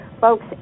Folks